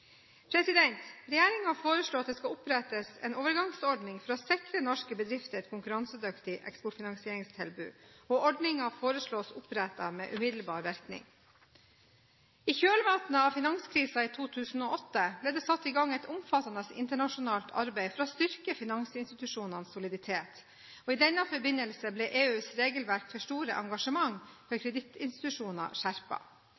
at det skal opprettes en overgangsordning for å sikre norske bedrifter et konkurransedyktig eksportfinansieringstilbud. Ordningen foreslås opprettet med umiddelbar virkning. I kjølvannet av finanskrisen i 2008 ble det satt i gang et omfattende internasjonalt arbeid for å styrke finansinstitusjoners soliditet, og i denne forbindelse ble EUs regelverk for store engasjementer for